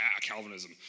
Calvinism